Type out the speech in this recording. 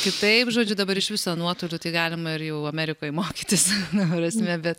kitaip žodžiu dabar iš viso nuotoliu tai galima ir jau amerikoj mokytis ta prasme bet